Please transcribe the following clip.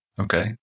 Okay